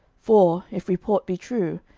for, if report be true,